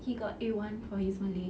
he got A one for his malay